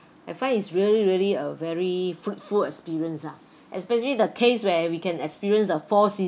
I find it's really really a very fruitful experience ah especially the case where we can experience the four